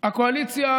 הקואליציה